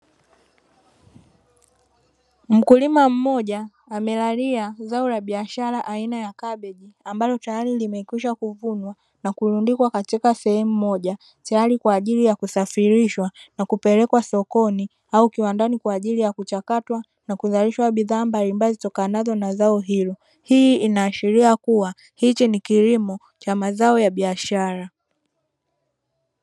Mkulima mmoja amelalia zao la biashara aina ya kabeji, ambalo tayari limekwisha kuvunwa na kulundikwa katika sehemu moja, tayari kwa ajili ya kusafirishwa na kupelekwa sokoni au kiwandani, kwa ajili ya kuchakatwa, na kuzalishwa bidhaa mbalimbali zitokanazo na zao hilo. Hii inaashiria kuwa hichi ni kilimo cha mazao ya biashara.